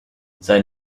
sein